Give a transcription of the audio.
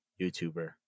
YouTuber